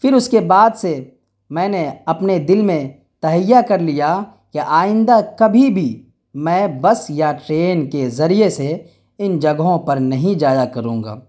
پھر اس کے بعد سے میں نے اپنے دل میں تہیہ کر لیا کہ آئندہ کبھی بھی میں بس یا ٹرین کے ذریعے سے ان جگہوں پر نہیں جایا کروں گا